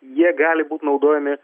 jie gali būt naudojami